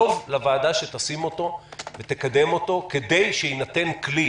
טוב לוועדה שתשים אותו ותקדם אותו כדי שיינתן כלי